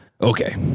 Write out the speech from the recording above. Okay